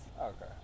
Okay